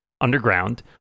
underground